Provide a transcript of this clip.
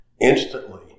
instantly